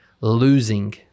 losing